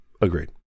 Agreed